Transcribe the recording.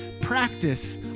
practice